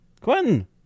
Quentin